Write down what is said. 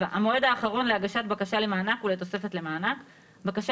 7. המועד האחרון להגשת בקשה למענק ולתוספת למענק בקשה